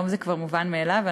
היום זה כבר מובן מאליו,